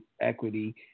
Equity